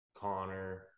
Connor